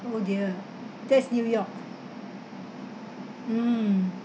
oh dear that's new york mm